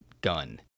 gun